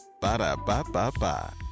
Ba-da-ba-ba-ba